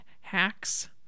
hacks